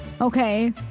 okay